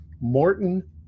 Morton